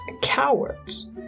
cowards